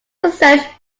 research